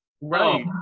right